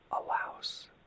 allows